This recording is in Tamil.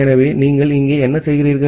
எனவே நீங்கள் இங்கே என்ன செய்கிறீர்கள்